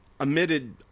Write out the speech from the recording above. emitted